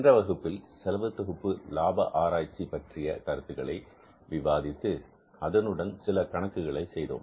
சென்ற வகுப்பில் செலவு தொகுப்பு லாப ஆராய்ச்சி பற்றிய கருத்துக்களை விவாதித்து அதனுடன் சில கணக்குகளை செய்தோம்